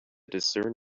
discern